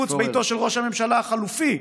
לשיפוץ ביתו של ראש הממשלה החלופי,